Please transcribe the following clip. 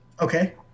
Okay